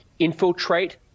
infiltrate